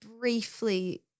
briefly